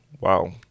Wow